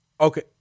Okay